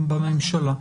בממשלה.